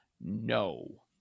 No